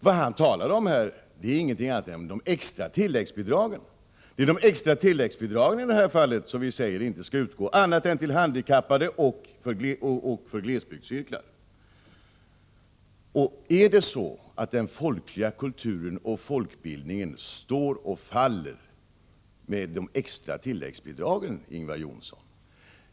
Vad han talar om här är ingenting annat än de extra tilläggsbidragen, som vi säger inte skall utgå annat än till handikappade och till glesbygdscirklar. Står och faller den folkliga kulturen och folkbildningen med de extra tilläggsbidragen, Ingvar Johnsson?